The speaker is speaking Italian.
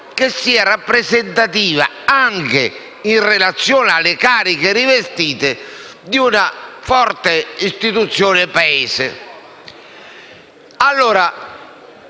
che sia rappresentativa, anche in relazione alle cariche rivestite, di una forte istituzione Paese.